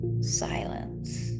silence